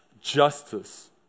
justice